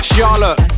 Charlotte